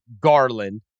Garland